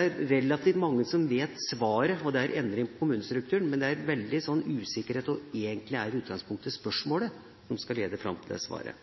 er relativt mange som vet svaret – og det er endring av kommunestrukturen – men det er veldig mye usikkerhet om hva som egentlig er utgangspunktet for spørsmålet som skal lede fram til det svaret.